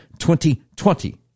2020